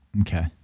Okay